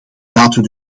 laten